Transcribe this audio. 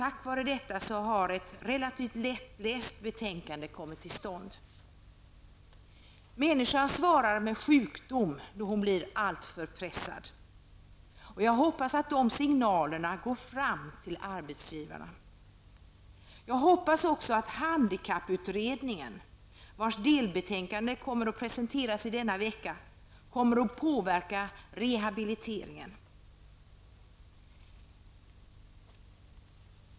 Tack vare detta har ett relativt lättläst betänkande kommit till stånd. Människan svarar med sjukdom då hon blir alltför pressad. Jag hoppas att de signalerna går fram till arbetsgivarna. Jag hoppas också att handikapputredningen, vars delbetänkande kommer att presenteras i denna vecka, kommer att påverka rehabiliteringen.